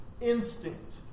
instinct